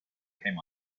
came